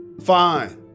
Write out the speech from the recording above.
fine